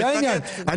זה העניין,